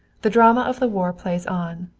the drama of the war plays on.